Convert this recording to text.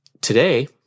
today